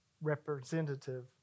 representative